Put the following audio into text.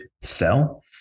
sell